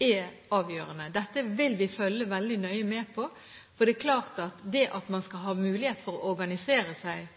er avgjørende. Dette vil vi følge veldig nøye med på, for det er klart at det at man skal ha mulighet for å organisere seg